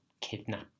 kidnap